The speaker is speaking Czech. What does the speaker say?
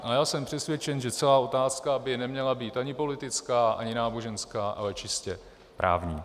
A já jsem přesvědčen, že celá otázka by neměla být ani politická, ani náboženská, ale čistě právní.